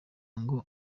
ngo